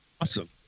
awesome